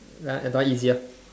ya that one easier